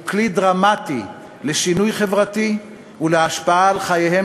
הוא כלי דרמטי לשינוי חברתי ולהשפעה על חייהם